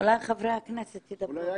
חברי הכנסת ידברו.